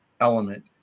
element